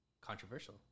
controversial